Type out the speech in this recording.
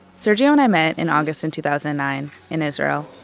sergiusz and i met in august in two thousand and nine. in israel.